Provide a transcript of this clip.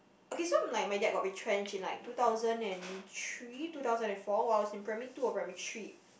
okay so like my dad got retrenched in like two thousand and three two thousand and four while I was in primary two or primary three